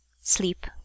sleep